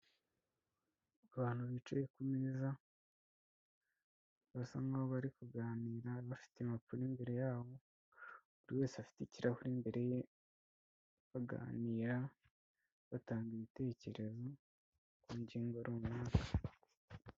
Abantu bicaye ku meza basa nkaho bari kuganira bafite impapuro imbere yabo, buri wese afite ikirahure imbere ye, baganira batanga ibitekerezo ku ngingo runaka.